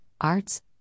arts